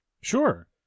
Sure